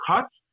cuts